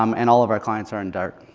um and all of our clients are in dart.